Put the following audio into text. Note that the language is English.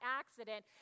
accident